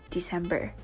December